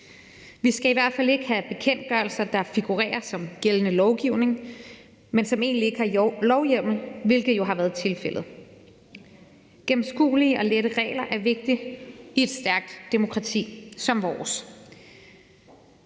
Vi skal i hvert fald ikke have bekendtgørelser, der figurerer som gældende lovgivning, men som egentlig ikke har lovhjemmel, hvilket jo har været tilfældet. Gennemskuelige og lette regler er vigtigt i et stærkt demokrati som vores.